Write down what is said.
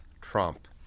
Trump